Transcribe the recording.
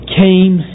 came